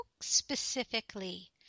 specifically